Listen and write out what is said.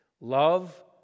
Love